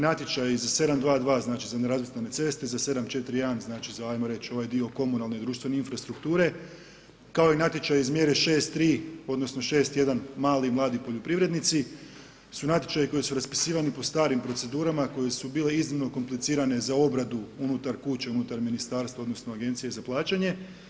Natječaj iz 722, znači za nerazvrstane ceste, za 741, znači za ovaj dio komunalne društvene infrastrukture kao i natječaji iz mjere 63, odnosno 61 mali i mladi poljoprivrednici su natječaji koji su raspisivani po starim procedurama koje su bile iznimno komplicirane za obradu unutar kuća i unutar ministarstva, odnosno agencije za plaćanje.